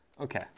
Okay